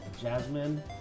Jasmine